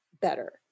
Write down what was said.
better